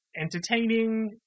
entertaining